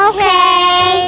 Okay